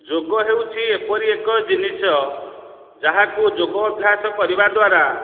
ଯୋଗ ହେଉଛି ଏପରି ଏକ ଜିନିଷ ଯାହାକୁ ଯୋଗ ଅଭ୍ୟାସ କରିବା ଦ୍ୱାରା